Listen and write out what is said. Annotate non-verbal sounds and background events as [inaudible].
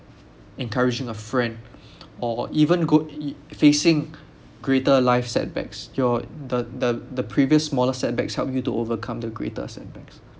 encouraging a friend or even go [noise] facing greater life setbacks your the the the previous smaller setbacks helped you to overcome the greater setbacks